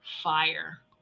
fire